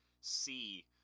see